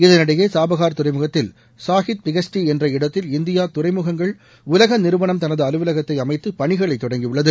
இதளிடையே சாபகார் துறைமுகத்தில் Shahid Beheshti என்ற இடத்தில் இந்தியா துறைமுகங்கள் உலக நிறுவனம் தனது அலுவலகத்தை அமைத்து பணிகளை தொடங்கியுள்ளது